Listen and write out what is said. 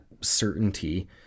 certainty